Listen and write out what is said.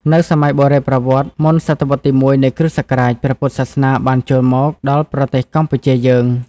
នៅសម័យបុរេប្រវត្តិ មុនសតវត្សទី ១ នៃគ.ស. ព្រះពុទ្ធសាសនាបានចូលមក ដល់ប្រទេសកម្ពុជាយើង។